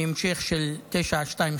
שהיא המשך של 922,